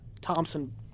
Thompson